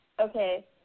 okay